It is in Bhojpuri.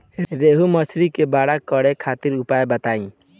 रोहु मछली के बड़ा करे खातिर उपाय बताईं?